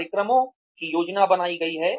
कार्यक्रमों की योजना बनाई है